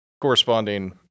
corresponding